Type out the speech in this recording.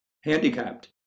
Handicapped